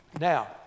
Now